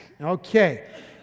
Okay